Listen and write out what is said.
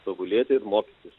tobulėti ir mokytis